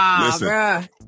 listen